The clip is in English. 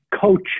coach